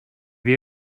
you